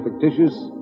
fictitious